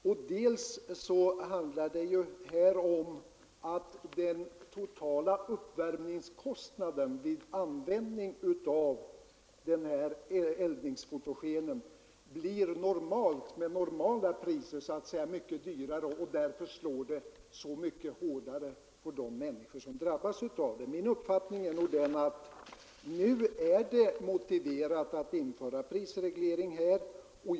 Vidare blir den totala uppvärmningskostnaden vid användningen av eldningsfotogen, redan med normala priser, mycket högre än uppvärmningskostnaden vid oljeeldning, och därför slår höjningar mycket hårdare. Min uppfattning är att det nu är motiverat att införa prisreglering beträffande eldningsfotogen.